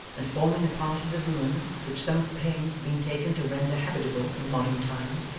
and forming a part of the ruin which some pains had been taken to render habitable in modern times,